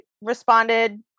responded